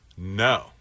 No